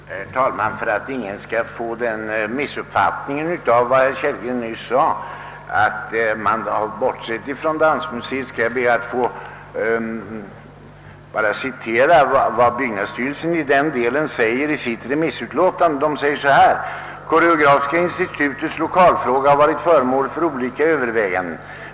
Herr talman! För att ingen av vad herr Kellgren nyss sade skall bibringas den missuppfattningen, att man har bortsett från Dansmuseet, skall jag be att få citera vad byggnadsstyrelsen säger härom i sitt remissutlåtande: »Koreografiska institutets lokalfråga har varit föremål för olika överväganden.